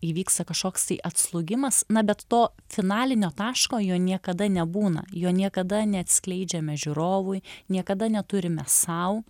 įvyksta kažkoks tai atslūgimas na bet to finalinio taško jo niekada nebūna jo niekada neatskleidžiame žiūrovui niekada neturime sau